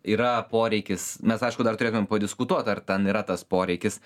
yra poreikis mes aišku dar turėtumėm padiskutuot ar ten yra tas poreikis